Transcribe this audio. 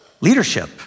leadership